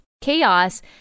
Chaos